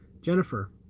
Jennifer